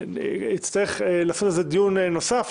נצטרך לעשות על זה דיון נוסף,